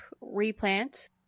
replant